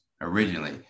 originally